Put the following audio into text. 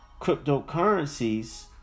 cryptocurrencies